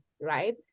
right